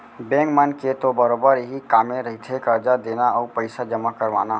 bank मन के तो बरोबर इहीं कामे रहिथे करजा देना अउ पइसा जमा करवाना